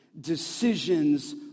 Decisions